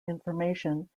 information